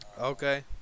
Okay